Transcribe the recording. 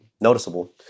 noticeable